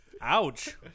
Ouch